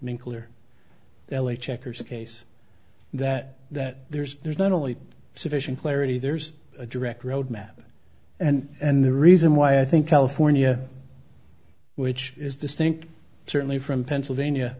nuclear l a checkers case that that there's there's not only sufficient clarity there's a direct road map and and the reason why i think california which is distinct certainly from pennsylvania